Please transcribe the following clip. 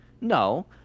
no